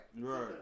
Right